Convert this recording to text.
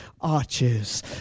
arches